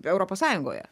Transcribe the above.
europos sąjungoje